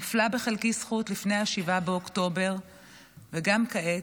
נפלה בחלקי זכות לפני 7 באוקטובר וגם כעת,